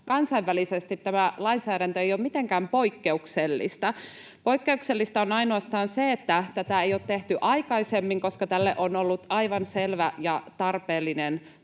kansainvälisesti tämä lainsäädäntö ei ole mitenkään poikkeuksellista. Poikkeuksellista on ainoastaan se, että tätä ei ole tehty aikaisemmin, koska tälle on ollut aivan selvä tarve.